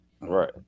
Right